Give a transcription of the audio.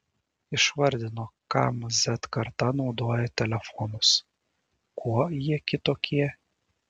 išvardino kam z karta naudoja telefonus kuo jie kitokie